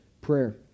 prayer